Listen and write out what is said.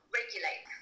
regulate